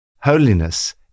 Holiness